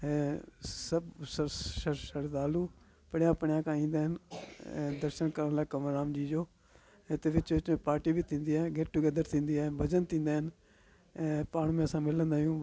ऐं सभु शरदालू पणिया पणिया खां ई ईंदा आहिनि ऐं दर्शन करण लाइ कंवरराम जी जो ऐं हिते विच विच में पाटी बि थींदी आहे गैट टूगैदर थींदी आहे भॼन थींदा आहिनि ऐं पाण में असां मिलंदा आहियूं